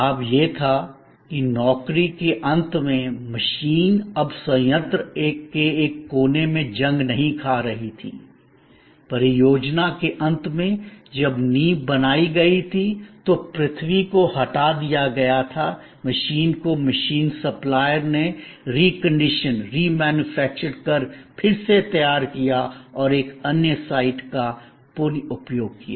लाभ यह था कि नौकरी के अंत में मशीन अब संयंत्र के एक कोने में जंग नहीं खा रही थी परियोजना के अंत में जब नींव बनाई गई थी तो पृथ्वी को हटा दिया गया था मशीन को मशीन सप्लायर ने रीकंडीशन रिमैन्युफैक्चर्ड कर फिर से तैयार किया और एक अन्य साइट का पुन उपयोग किया